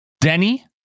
Denny